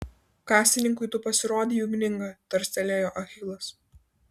kasininkui tu pasirodei ugninga tarstelėjo achilas